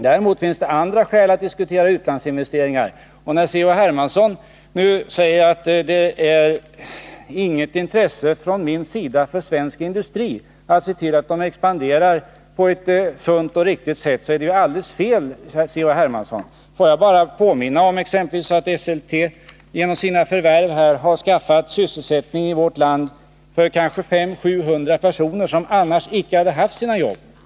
Däremot finns det andra skäl för att diskutera utlandsinvesteringar. När Carl-Henrik Hermansson nu säger att det inte finns något intresse från min sida för att se till att svensk industri expanderar på ett sunt och riktigt sätt är det alldeles fel. Får jag påminna om att exempelvis Esselte genom sina förvärv skaffat sysselsättning i vårt land för kanske 500-700 personer som annars icke haft jobb.